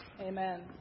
Amen